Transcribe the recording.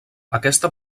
aquesta